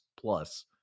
plus